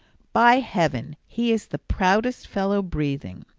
by heaven, he is the proudest fellow breathing.